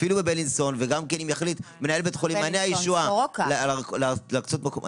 אם יחליט מנהל בית החולים מעייני הישועה להקצות מקום.